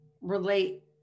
relate